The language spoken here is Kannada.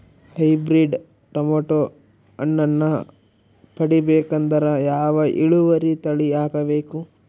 ಹೈಬ್ರಿಡ್ ಟೊಮೇಟೊ ಹಣ್ಣನ್ನ ಪಡಿಬೇಕಂದರ ಯಾವ ಇಳುವರಿ ತಳಿ ಹಾಕಬೇಕು?